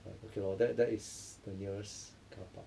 but okay lor that that is the nearest carpark